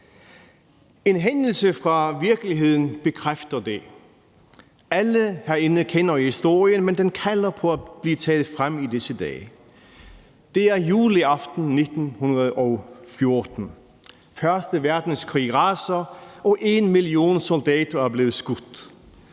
En hændelse fra virkeligheden bekræfter det. Alle herinde kender historien, men den kalder på at blive taget frem i disse dage. Det er juleaften 1914, første verdenskrig raser, og en million soldater er blevet skudt.